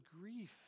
grief